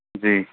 جی